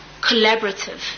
collaborative